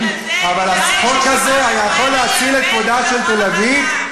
בשבת, והוא אמר שהשבת היא הסמל של עם ישראל.